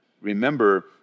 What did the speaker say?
remember